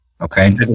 Okay